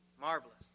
marvelous